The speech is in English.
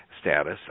status